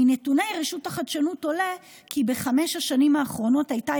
מנתוני רשות החדשנות עולה כי בחמש השנים האחרונות הייתה